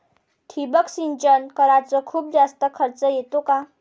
ठिबक सिंचन कराच खूप जास्त खर्च येतो का?